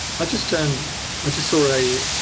i just and ah just saw a,